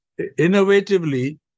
innovatively